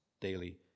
daily